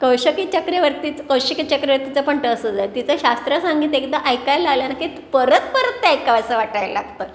कौशकी चक्रेवर्तीच कौशिकी चक्रवर्तीचं पण तसंच आहे तिचं शास्त्र संगीत एकदा ऐकायला लागलं ना की परत परत त्या ऐकावायसं वाटायला लागत